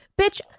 bitch